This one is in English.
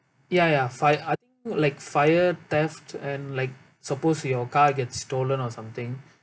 ya ya fi~ I think like fire theft and like supposed your car gets stolen or something